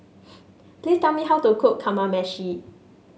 please tell me how to cook Kamameshi